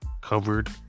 covered